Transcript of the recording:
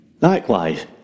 Likewise